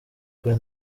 kuri